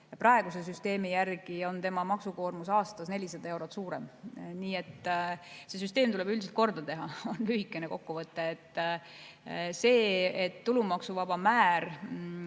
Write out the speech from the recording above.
Praeguse süsteemi järgi on tema maksukoormus aastas 400 eurot suurem. Nii et see süsteem tuleb üldiselt korda teha, on lühikene kokkuvõte. Tulumaksuvaba määr